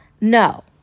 no